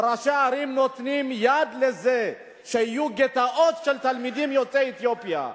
וראשי הערים נותנים יד לזה שיהיו גטאות של תלמידים יוצאי אתיופיה,